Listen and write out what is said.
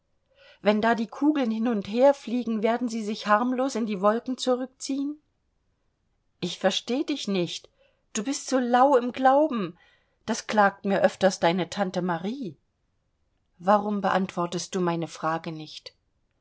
wenn da die kugeln hin und her fliegen werden sie sich harmlos in die wolken zurückziehen ich versteh dich nicht du bist so lau im glauben das klagt mir öfters deine tante marie warum beantwortest du meine frage nicht